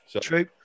true